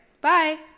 Bye